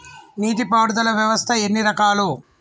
నీటి పారుదల వ్యవస్థ ఎన్ని రకాలు?